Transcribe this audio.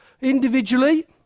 Individually